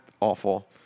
awful